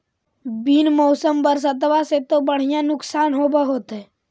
बिन मौसम बरसतबा से तो बढ़िया नुक्सान होब होतै?